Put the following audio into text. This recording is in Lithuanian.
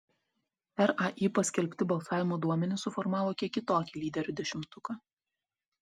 rai paskelbti balsavimo duomenys suformavo kiek kitokį lyderių dešimtuką